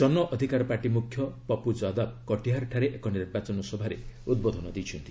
Jan Adhikar party ମୁଖ୍ୟ ପପୁ ଯାଦବ କଟିହାର ଠାରେ ଏକ ନିର୍ବାଚନ ସଭାରେ ଉଦ୍ବୋଧନ ଦେଇଛନ୍ତି